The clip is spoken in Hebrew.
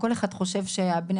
כל אחד חושב שבן